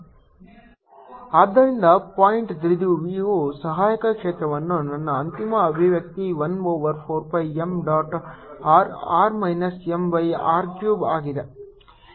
rr mr3 ಆದ್ದರಿಂದ point ದ್ವಿಧ್ರುವಿಯ ಸಹಾಯಕ ಕ್ಷೇತ್ರಕ್ಕೆ ನನ್ನ ಅಂತಿಮ ಅಭಿವ್ಯಕ್ತಿ 1 over 4 pi 3 m dot r r minus m by r cube ಆಗಿದೆ